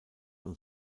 und